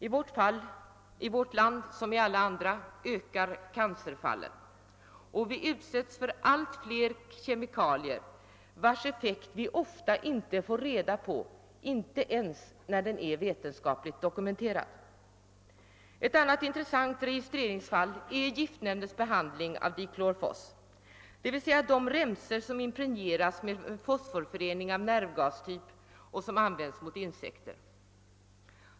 I vårt land liksom i alia andra fortsätter cancerfallen att öka, och vi utsätts för allt fler kemikalier, vilkas effekt vi ofta inte får reda på ens när den är vetenskapligt dokumenterad. Ett annat intressant registreringsfall är giftnämndens behandling av diklorvos, dvs. de remsor som impregnerats med en fosforförening av nervgastyp och som används mot insekter.